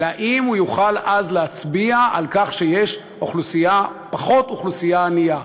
האם הוא יוכל אז להצביע על כך שיש פחות אוכלוסייה ענייה,